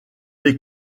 les